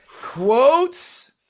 quotes